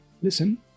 listen